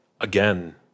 again